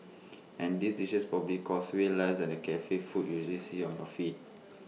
and these dishes probably cost way less than the Cafe food you usually see on your feed